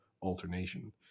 alternation